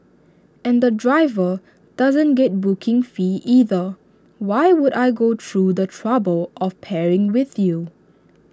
and the driver doesn't get booking fee either why would I go through the trouble of pairing with you